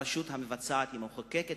הרשות המבצעת עם המחוקקת,